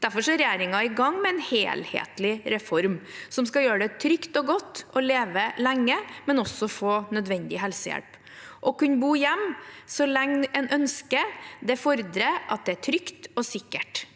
Derfor er regjeringen i gang med en helhetlig reform som skal gjøre det trygt og godt å leve lenge, men også få nødvendig helsehjelp. Å kunne bo hjemme så lenge en ønsker, fordrer at det er trygt og sikkert.